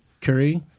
Curry